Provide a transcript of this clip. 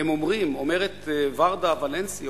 אומרת ורדה ולנסי,